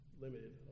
limited